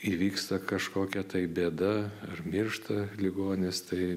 įvyksta kažkokia tai bėda ar miršta ligonis tai